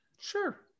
Sure